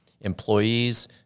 employees